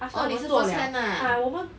oh 你是 firsthand ah